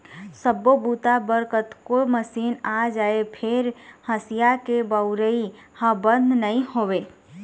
सब्बो बूता बर कतको मसीन आ जाए फेर हँसिया के बउरइ ह बंद नइ होवय